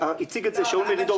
והציג את זה שאול מרידור --- לא,